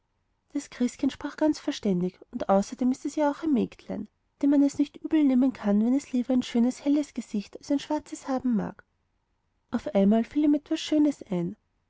das christkind sprach ganz verständig und außerdem ist es ja auch ein mägdlein dem man es nicht übelnehmen kann wenn es lieber ein schönes helles gesicht als ein schwarzes haben mag auf einmal fiel ihm etwas schönes ein